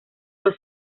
los